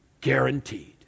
Guaranteed